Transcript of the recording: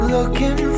Looking